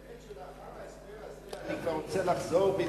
האמת שלאחר ההסבר הזה אני רוצה לחזור בי